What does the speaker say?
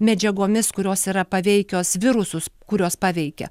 medžiagomis kurios yra paveikios virusus kuriuos paveikia